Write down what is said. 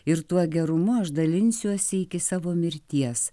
ir tuo gerumu aš dalinsiuosi iki savo mirties